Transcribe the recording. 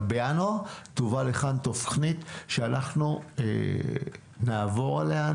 אבל בינואר תובא לכאן תוכנית שאנחנו נעבור עליה,